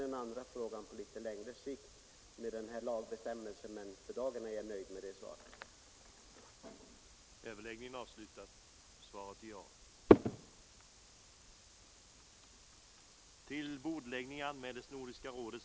Den andra frågan om den här lagbestämmelsen är ställd på litet längre sikt.